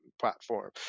platform